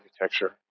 architecture